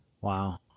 Wow